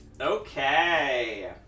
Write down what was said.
Okay